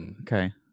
okay